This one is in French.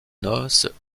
noces